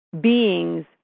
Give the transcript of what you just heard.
beings